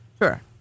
Sure